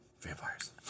Vampires